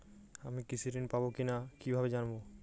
আমি কৃষি ঋণ পাবো কি না কিভাবে জানবো?